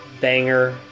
banger